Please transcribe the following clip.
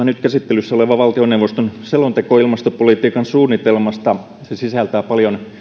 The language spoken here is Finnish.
nyt käsittelyssä oleva valtioneuvoston selonteko ilmastopolitiikan suunnitelmasta sisältää paljon